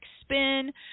spin